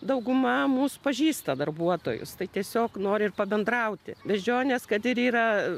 dauguma mus pažįsta darbuotojus tai tiesiog nori ir pabendrauti beždžionės kad ir yra